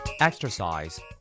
Exercise